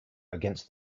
against